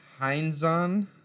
Heinzon